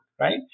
right